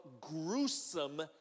gruesome